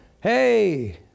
Hey